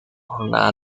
jornada